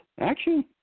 action